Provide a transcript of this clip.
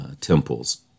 temples